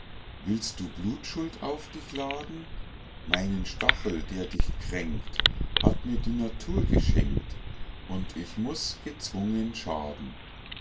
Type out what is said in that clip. willst du blutschuld auf dich laden meinen stachel der dich kränkt hat mir die natur geschenkt und ich muß gezwungen schaden